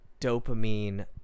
dopamine